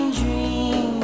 dream